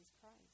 Christ